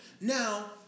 Now